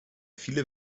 viele